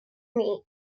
meat